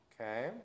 okay